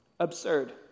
absurd